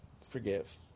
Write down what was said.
forgive